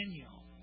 Daniel